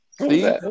See